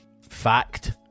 fact